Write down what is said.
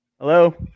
Hello